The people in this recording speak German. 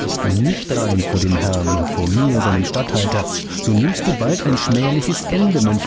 bist du nicht rein vor dem herrn und vor mir seinem statthalter so nimmst du bald ein schmähliches ende mönch